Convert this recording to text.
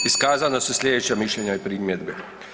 Iskazana su slijedeća mišljenja i primjedbe.